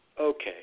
okay